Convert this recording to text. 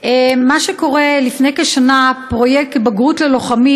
מה שקורה, לפני כשנה, פרויקט "בגרות לוחמים"